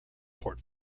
port